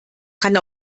kann